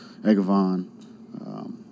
Egavon